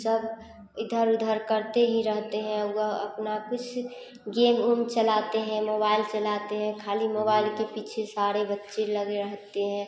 वह सब इधर उधर करते ही रहते हैं वह अपना कुछ गेम उम चलाते हैं मोबाइल चलाते हैं खाली मोबाइल के पीछे सारे बच्चे लगे रहते हैं